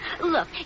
look